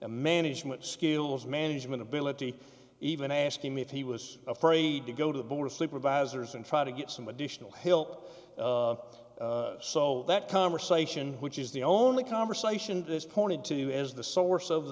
management skills management ability even ask him if he was afraid to go to the board of supervisors and try to get some additional hilt so that conversation which is the only conversation has pointed to you as the source of